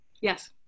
Yes